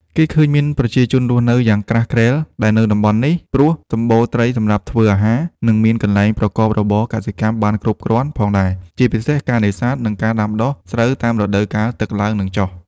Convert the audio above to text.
គេឃើញមានប្រជាជនរស់នៅយ៉ាងក្រាស់ក្រែលដែរនៅតំបន់នេះ ព្រោះសំបូរត្រីសម្រាប់ធ្វើអាហារ និងមានកន្លែងប្រកបរបរកសិកម្មបានគ្រប់គ្រាន់ផងដែរ ជាពិសេសការនេសាទ និងការដាំដុះស្រូវតាមរដូវកាលទឹកឡើងនិងចុះ។